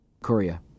Korea